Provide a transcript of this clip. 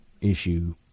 issue